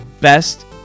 best